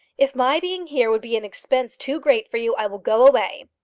if my being here would be an expense too great for you, i will go away.